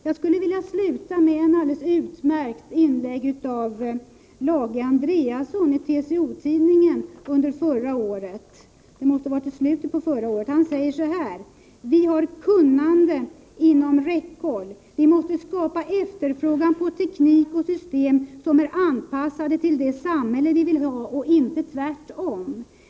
Jag skulle vilja sluta med att citera ett alldeles utmärkt inlägg av Lage Andréasson i TCO-tidningen i slutet av förra året. Han säger: ”Vi har kunnandet inom räckhåll. Vi måste skapa efterfrågan på teknik och system som är anpassade till det samhälle som vi vill ha och inte tvärtom.